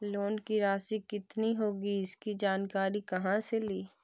Loan की रासि कितनी होगी इसकी जानकारी कहा से ली?